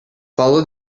follow